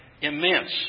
immense